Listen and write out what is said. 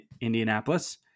Indianapolis